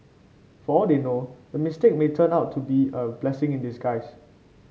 for all they know the mistake may turn out to be a blessing in disguise